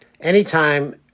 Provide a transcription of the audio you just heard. anytime